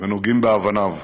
ונוגעים באבניו.